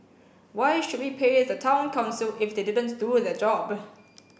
why should we pay the Town Council if they didn't do their job